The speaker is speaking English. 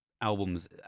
albums